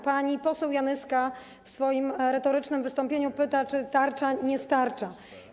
Pani poseł Janyska w swoim retorycznym wystąpieniu pyta, czy tarcza nie starcza.